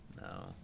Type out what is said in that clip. No